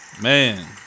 man